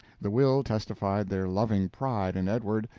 the will testified their loving pride in edward,